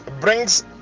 brings